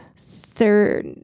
third